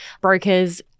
brokers